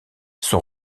son